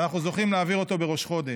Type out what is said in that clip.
ואנחנו זוכים להעביר אותו בראש חודש.